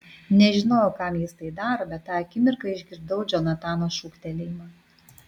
nežinojau kam jis tai daro bet tą akimirką išgirdau džonatano šūktelėjimą